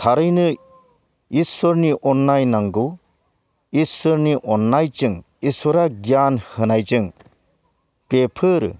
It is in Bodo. थारैनो इस्वोरनि अननाय नांगौ इस्वोरनि अननायजों इस्वोरा गियान होनायजों बेफोर